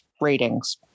ratings